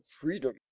freedom